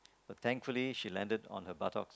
but thankfully she landed on her buttocks